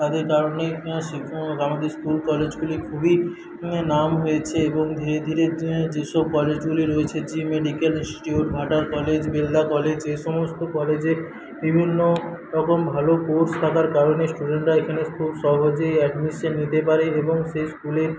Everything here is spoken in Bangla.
তাদের কারণে আমাদের স্কুল কলেজগুলি খুবই নাম হয়েছে এবং ধীরে ধীরে যেসব কলেজগুলি রয়েছে জি মেডিক্যাল ইন্সিটিউট ভাটার কলেজ বিড়লা কলেজ যে সমস্ত কলেজে বিভিন্ন রকম ভালো কোর্স থাকার কারণে স্টুডেন্টরা এখানে খুব সহজেই অ্যাডমিশন নিতে পারে এবং সেই স্কুলের